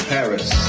Paris